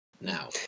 now